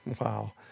Wow